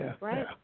right